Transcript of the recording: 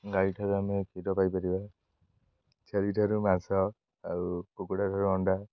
ଗାଈଠାରୁ ଆମେ କ୍ଷୀର ପାଇପାରିବା ଛେଳିଠାରୁ ମାଂସ ଆଉ କୁକୁଡ଼ାଠାରୁ ଅଣ୍ଡା